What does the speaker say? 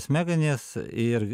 smegenis ir